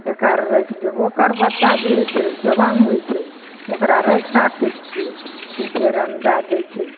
बेकार राखि देब ओकर बच्चा जे होइ छै जवान होइ छै ओकरा राखि राखै छियै ओ फेर अंडा दै छै